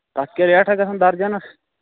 تَتھ کیٛاہ ریٹھہ گژھان درجَنَس